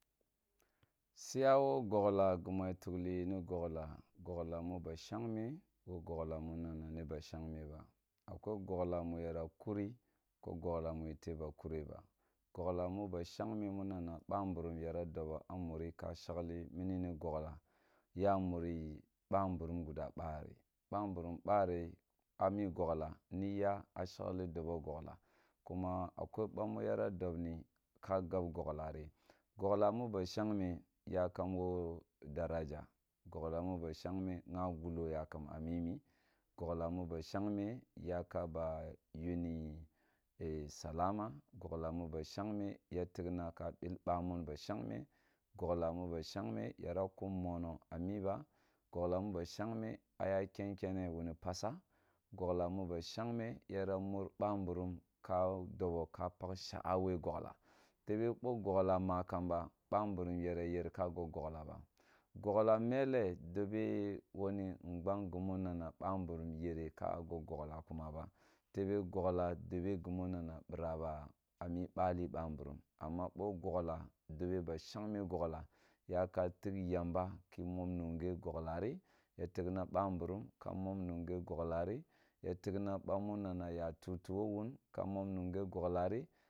Siya wo gogla, gima tughli yi ni gogla mu ba shang me wo gogla mu na na mu ba shang me ba akwai gogola mu yara kuri akwai gogla mu tebe ba kiri ba gogla mu ba shagme muna na ba mburu, yara boba muni ka shagli mini ni gogla ya muri ba mburum gusa bati ba mburmu bari a mi gogla ni ya shagli dobo gogla kuma akwai bamu yara dobni ka gab gogla ri gogla mu ba shagma yakam wo daraja gogla mi ba shagme gha gullo yakam a mimi gogla gha gullo yakam a mimi gogal mu ba shagme yakam ba yuni salama gogla mu ba shagme ya tigna ka bil bumun ba shangme gogla mu ba shangme yara kum mono a miba gogla mu ba shangme a ya ken kene wuni oasa gogla ma ba shegme yara our ba mburum ka doba ka pateh shaawe gogla tebe bo gogla ma kamba ba mburum yana yere ma gog gogla ba gogla ma kamba ba mburum. yara uereka gog gogla ba gogla mele dovr waru nbang gumu nana bamvurum yere ka gog gogla kuma ba tebe gogla dobe gimu nana bira ba a mi bali ba mburum amma bo gogla dobe ba shagme gogla yaka tegh yamba ki mom numge gogla tu yatagh na bamburum ka mom nana ya tutu wo wun ka mom ninge gogla ri